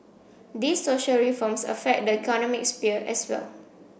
these social reforms affect the economic sphere as well